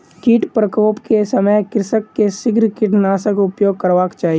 कीट प्रकोप के समय कृषक के शीघ्र कीटनाशकक उपयोग करबाक चाही